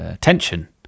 tension